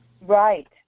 Right